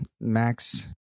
Max